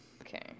Okay